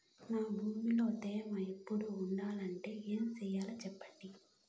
నా భూమిలో తేమ ఎప్పుడు ఉండాలంటే ఏమి సెయ్యాలి చెప్పండి?